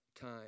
Time